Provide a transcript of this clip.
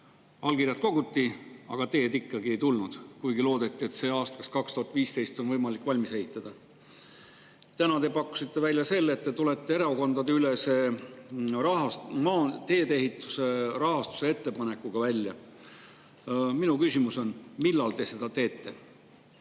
allkirjad koguti, aga teed ei tulnud, kuigi loodeti, et aastaks 2015 on võimalik see valmis ehitada. Täna te pakkusite välja, et te tulete välja erakondadeülese teedeehituse rahastuse ettepanekuga. Minu küsimus on: millal te seda teete?